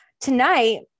tonight